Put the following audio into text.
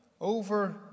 over